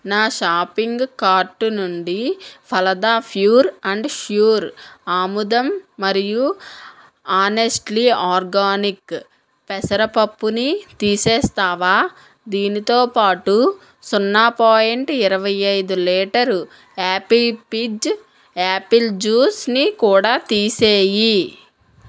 నా shopping cart నుండి Phalada pure and sure ఆముదం మరియు ఆనెస్ట్లీ ఆర్గానిక్ పెసర పప్పుని తీసేస్తావా దీనితోపాటు సున్నా పాయింట్ ఇరవై ఐదు లీటరు యాపీ పిజ్ యాపిల్ జూస్ని కూడా తీసేయి